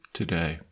today